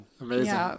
Amazing